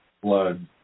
blood